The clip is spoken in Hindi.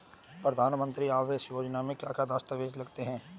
प्रधानमंत्री आवास योजना में क्या क्या दस्तावेज लगते हैं?